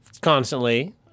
constantly